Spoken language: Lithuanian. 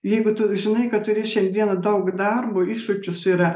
jeigu tu žinai kad turi šiandieną daug darbo iššūkius yra